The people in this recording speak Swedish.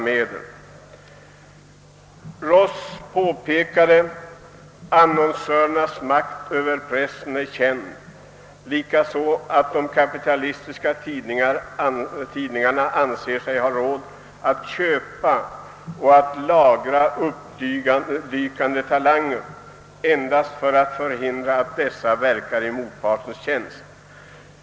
Alf Ross har skrivit om annonsörernas makt över pressen och har påpekat att de kapitalistiskt styrda tidningarna även anser sig ha råd att köpa och lagra uppdykande talanger endast för att förhindra att dessa verkar i motpartens tjänst.